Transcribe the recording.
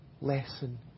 lesson